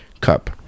cup